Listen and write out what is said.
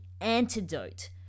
antidote